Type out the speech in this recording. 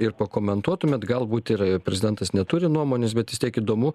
ir pakomentuotumėt galbūt ir prezidentas neturi nuomonės bet vis tiek įdomu